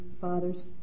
fathers